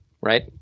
right